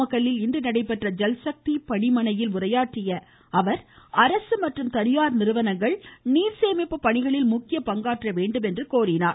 நாமக்கல்லில் இன்று நடைபெற்ற ஜல்சக்தி பணிமனையில் உரையாற்றிய அவர் அரசு மற்றும் தனியார் நிறுவனங்கள் நீர் சேமிப்புப் பணிகளில் முக்கிய பங்காற்ற வேண்டுமென்றும் கோரினார்